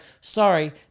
sorry